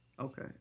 Okay